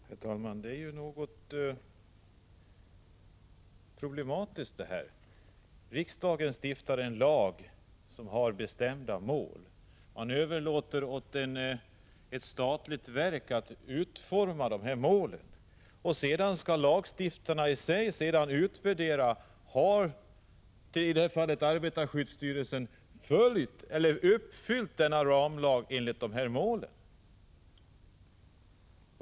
Herr talman! Det här är litet problematiskt. Riksdagen stiftar en lag för att nå vissa bestämda mål men överlåter åt ett statligt verk att utforma dessa mål. Sedan skall lagstiftarna utvärdera om i detta fall arbetarskyddsstyrelsen har uppfyllt målen enligt denna ramlag.